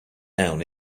down